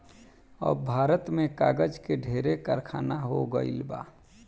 अब भारत में कागज के ढेरे कारखाना हो गइल बा